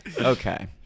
Okay